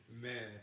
Man